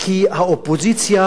כי האופוזיציה